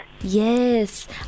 Yes